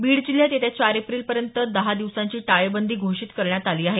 बीड जिल्ह्यात येत्या चार एप्रिलपर्यंत दहा दिवसांची टाळेबंदी घोषित करण्यात आली आहे